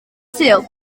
sul